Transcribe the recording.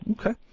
Okay